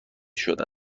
شده